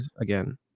again